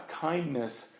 kindness